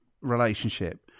relationship